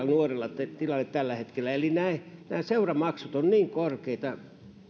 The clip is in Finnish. nuorella tilanne tällä hetkellä eli seuramaksut ovat niin korkeita